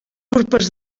urpes